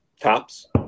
tops